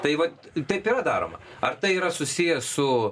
tai vat taip yra daroma ar tai yra susiję su